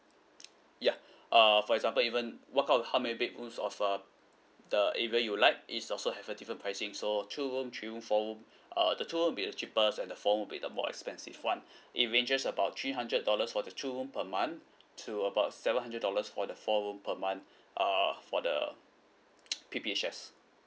yeah err for example even what kind how many bedrooms of uh the area you like it's also have a different pricing so two room three room four room uh the two room be the cheapest and the four room be the more expensive one it ranges about three hundred dollars for the two room per month to about seven hundred dollars for the four room per month err for the P_P_H_S